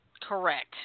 Correct